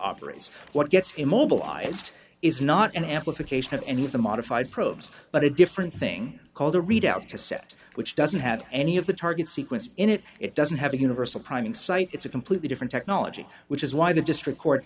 operates what gets immobilized is not an amplification of any of the modified probes but a different thing called a readout to set which doesn't have any of the target sequence in it it doesn't have a universal priming site it's a completely different technology which is why the district court